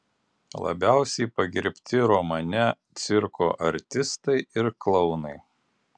labiausiai pagerbti romane cirko artistai ir klounai